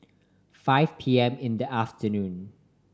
five P M in the afternoon